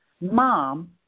Mom